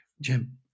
Jim